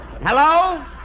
Hello